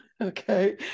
Okay